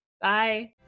Bye